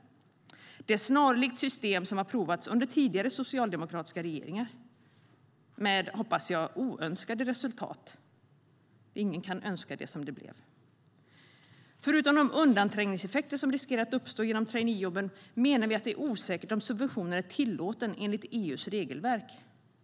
Det är snarlikt det system som har provats under tidigare socialdemokratiska regeringar, med - hoppas jag - oönskade resultat. Ingen kan önska det som blev. Förutom de undanträngningseffekter som riskerar att uppstå genom traineejobben menar vi att det är osäkert om subventionen är tillåten enligt EU:s regelverk.